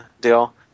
deal